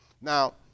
Now